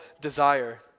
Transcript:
desire